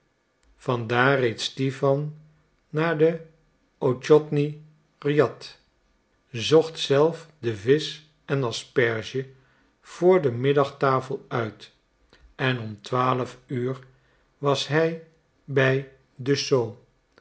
van daar reed stipan naar den ochotny rjad zocht zelf de visch en asperge voor de middagtafel uit en om twaalf uur was hij bij